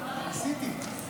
ניסיתי.